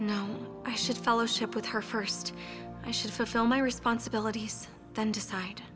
i should fellowship with her first i should fulfill my responsibilities then decide